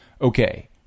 okay